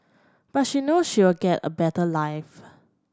but she knows she'll get a better life